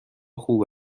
خوب